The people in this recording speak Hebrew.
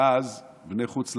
ואז בני חוץ לארץ,